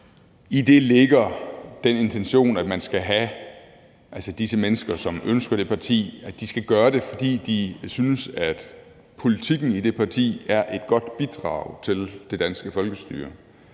I det ligger den intention, at disse mennesker, som ønsker det parti, skal gøre det, fordi de synes, at politikken i det parti er et godt bidrag til det danske folkestyre.